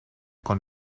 con